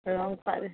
রং পাবে